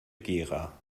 gera